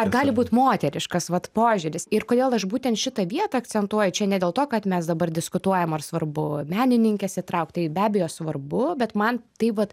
ar gali būt moteriškas vat požiūris ir kodėl aš būtent šitą vietą akcentuoju čia ne dėl to kad mes dabar diskutuojam ar svarbu menininkes įtraukt tai be abejo svarbu bet man tai vat